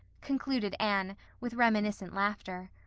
concluded anne, with reminiscent laughter.